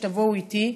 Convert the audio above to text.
תבואו איתי,